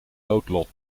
noodlot